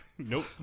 Nope